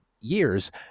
years